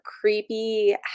creepy